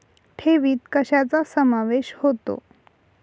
ठेवीत कशाचा समावेश होतो?